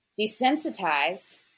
desensitized